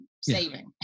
Saving